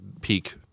Peak